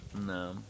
No